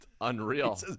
Unreal